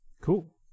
Cool